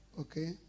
Okay